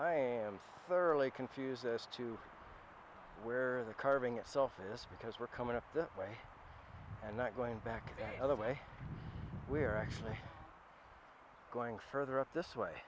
i am thoroughly confused as to where the carving itself is this because we're coming off this way and not going back either way we're actually going further up this way